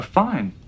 fine